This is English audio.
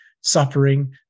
suffering